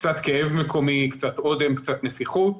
קצת כאב מקומי, קצת אודם, קצת נפיחות,